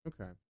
Okay